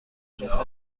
مدرسه